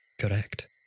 Correct